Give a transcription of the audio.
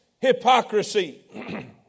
hypocrisy